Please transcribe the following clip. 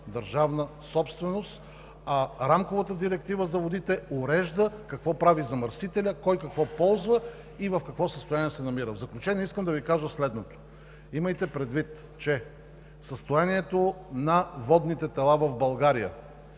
държавна собственост, а Рамковата директива за водите урежда какво прави замърсителят, кой какво ползва и в какво състояние се намира. В заключение, искам да Ви кажа следното: имайте предвид, че състоянието на водните тела в България